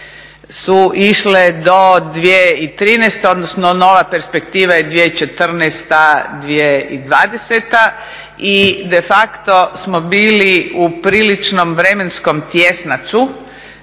su išle do 2013., odnosno nova perspektiva je 2014-2020. i de facto smo bili u priličnom vremenskom tjesnacu